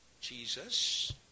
Jesus